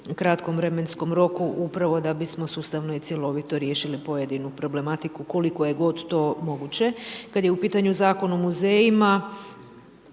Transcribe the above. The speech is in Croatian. kratkom vremenskom roku, upravo da bismo sustavno i cjelovit riješili pojedinu problematiku, koliko je god to moguće. Kad je u pitanju Zakon o muzejima,